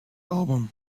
album